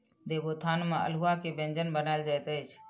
देवोत्थान में अल्हुआ के व्यंजन बनायल जाइत अछि